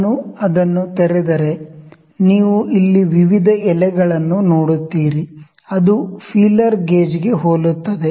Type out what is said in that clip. ನಾನು ಅದನ್ನು ತೆರೆದರೆ ನೀವು ಇಲ್ಲಿ ವಿವಿಧ ಎಲೆಗಳನ್ನು ನೋಡುತ್ತೀರಿ ಅದು ಫೀಲರ್ ಗೇಜ್ಗೆ ಹೋಲುತ್ತದೆ